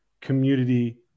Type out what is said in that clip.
community